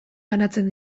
banatzen